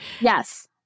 Yes